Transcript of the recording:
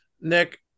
Nick